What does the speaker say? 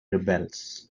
rebels